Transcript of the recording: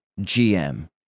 GM